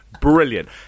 brilliant